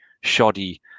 shoddy